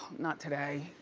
not today.